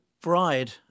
bride